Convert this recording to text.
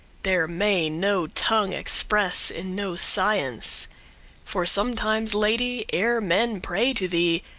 there may no tongue express in no science for sometimes, lady! ere men pray to thee,